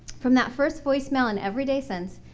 from that first voice mail and everyday since,